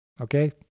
Okay